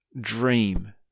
dream